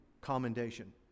commendation